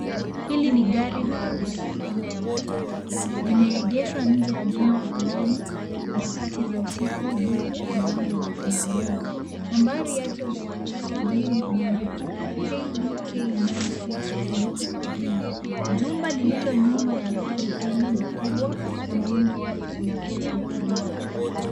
Hili ni gari la abiria aina ya matatu limegeshwa nje ya jumba fulani nyakati za usiku huku mlango umefunguliwa ,nambari yake ya usajili ni KDK963V, jumba lililo nyuma ya gari hili ni kubwa na muundo wake unavutia macho.